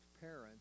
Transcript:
parents